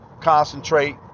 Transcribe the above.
concentrate